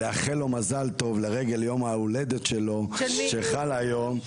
לאחל לו מזל טוב לרגל יום ההולדת שלו שחל היום,